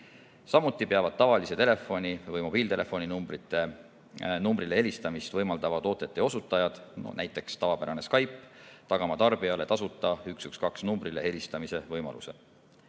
Samuti peavad tavalise telefoni või mobiiltelefoni numbrile helistamist võimaldavad OTT-teenuste osutajad, näiteks tavapärane Skype, tagama tarbijale tasuta 112 numbrile helistamise võimaluse.